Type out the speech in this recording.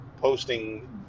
posting